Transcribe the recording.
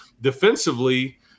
Defensively